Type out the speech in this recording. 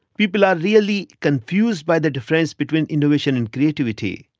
people are really confused by the difference between innovation and creativity.